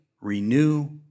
renew